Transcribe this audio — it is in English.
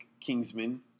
Kingsman